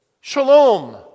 shalom